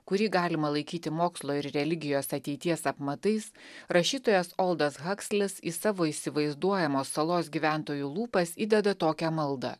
kurį galima laikyti mokslo ir religijos ateities apmatais rašytojas oldas hakslis į savo įsivaizduojamos salos gyventojų lūpas įdeda tokią maldą